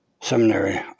seminary